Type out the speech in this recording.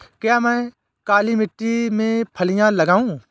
क्या मैं काली मिट्टी में फलियां लगाऊँ?